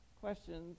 questions